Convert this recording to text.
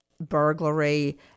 burglary